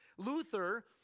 Luther